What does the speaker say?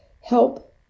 help